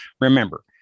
Remember